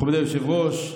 מכובדי היושב-ראש,